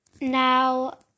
Now